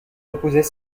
reposait